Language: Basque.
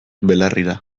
belarrira